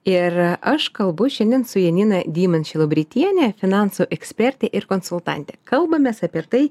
ir aš kalbu šiandien su janina dyman šilobritiene finansų eksperte ir konsultante kalbamės apie tai